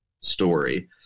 story